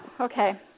Okay